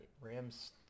Rams